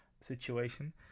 situation